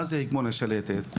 מה זה הגמוניה שלטת?